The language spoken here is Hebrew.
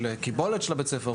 של הקיבולת של בית הספר,